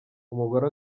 umugore